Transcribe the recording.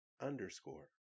underscore